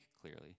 clearly